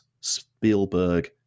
spielberg